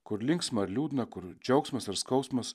kur linksma ir liūdna kur džiaugsmas ir skausmas